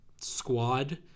squad